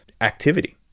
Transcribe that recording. activity